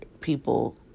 people